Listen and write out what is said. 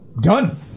Done